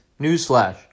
Newsflash